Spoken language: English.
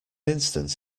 instant